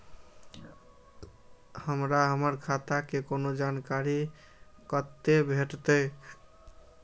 हमरा हमर खाता के कोनो जानकारी कते भेटतै